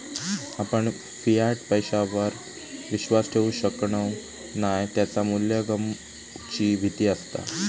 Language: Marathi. आपण फियाट पैशावर विश्वास ठेवु शकणव नाय त्याचा मू्ल्य गमवुची भीती असता